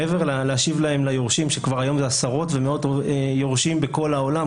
מעבר ללהשיב ליורשים שכבר היום זה עשרות ומאות יורשים בכל העולם,